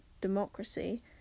democracy